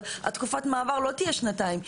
תקופת המעבר לא תהיה שנתיים,